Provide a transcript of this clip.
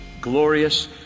glorious